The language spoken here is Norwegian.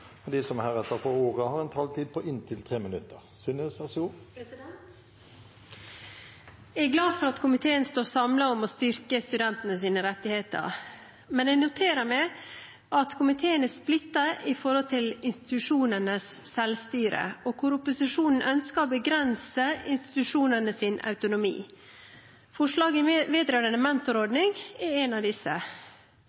selvstyre. De talere som heretter får ordet, har også en taletid på inntil 3 minutter. Jeg er glad for at komiteen står samlet om å styrke studentenes rettigheter, men jeg noterer meg at komiteen er splittet når det gjelder institusjonenes selvstyre, hvor opposisjonen ønsker å begrense institusjonenes autonomi. Forslaget vedrørende